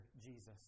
Jesus